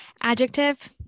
Adjective